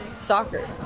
soccer